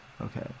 okay